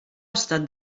estat